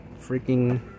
freaking